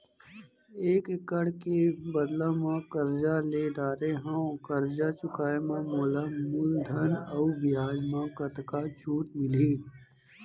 एक एक्कड़ के बदला म करजा ले डारे हव, करजा चुकाए म मोला मूलधन अऊ बियाज म कतका छूट मिलही?